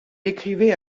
écrivait